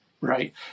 right